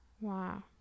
wow